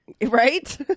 right